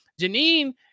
Janine